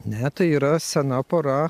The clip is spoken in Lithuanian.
ne tai yra sena pora